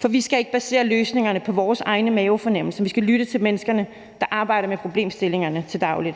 For vi skal ikke basere løsningerne på vores egne mavefornemmelser; vi skal lytte til de mennesker, der arbejder med problemstillingerne til daglig.